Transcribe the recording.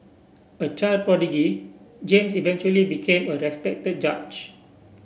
a child prodigy James eventually became a respected judge